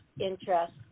interest